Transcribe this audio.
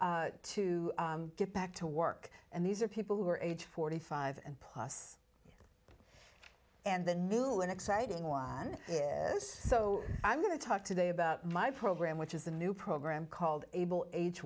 to get back to work and these are people who are age forty five and plus and the new and exciting one so i'm going to talk today about my program which is a new program called able